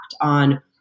on